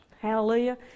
Hallelujah